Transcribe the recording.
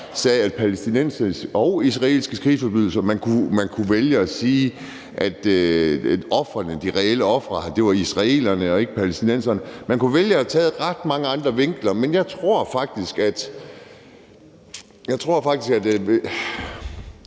både palæstinensiske og israelske krigsforbrydelser, man kunne vælge at sige, at ofrene, de reelle ofre, var israelerne og ikke palæstinenserne, og man kunne vælge at tage ret mange andre vinkler, men jeg tror faktisk, at de 80.000, der